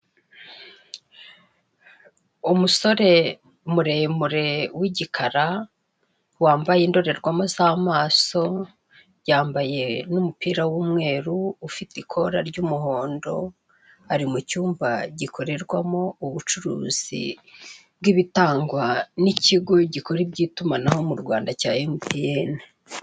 Umusore muremure w'igikara wambaye indorerwamo z'amaso yambaye n'umupira w'umweru ufite ikora ry'umuhondo, ari mu cyumba gikorerwamo ubucuru bw'ibitangwa n'ikigo gikora iby'itumanaho mu Rwanda cya MTN.